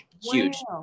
huge